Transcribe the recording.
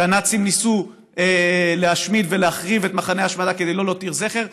כי הנאצים ניסו להשמיד ולהחריב את מחנה ההשמדה כדי לא להותיר זכר,